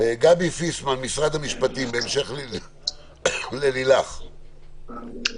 גבי פיסמן ממשרד המשפטים, בהמשך ללילך, בבקשה.